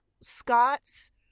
Scott's